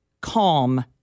calm